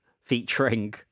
featuring